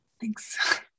Thanks